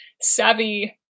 savvy